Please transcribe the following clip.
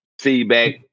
feedback